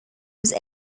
was